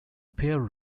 pair